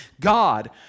God